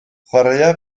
chwaraea